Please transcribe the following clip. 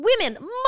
women